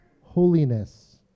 holiness